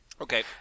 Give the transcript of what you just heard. Okay